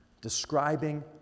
describing